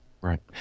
Right